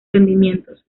rendimientos